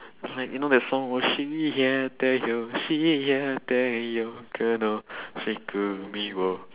I'm like you know that song